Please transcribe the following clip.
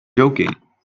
joking